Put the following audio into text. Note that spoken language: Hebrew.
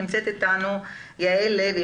נמצאת איתנו יעל לוי,